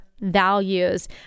values